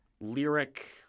lyric